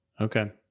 Okay